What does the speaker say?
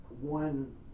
one